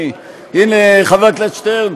הנה, חבר הכנסת שטרן,